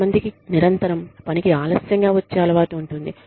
కొంతమందికి నిరంతరం పనికి ఆలస్యంగా వచ్చే అలవాటు ఉంటుంది